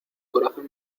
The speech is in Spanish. corazón